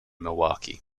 milwaukee